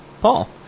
Paul